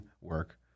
work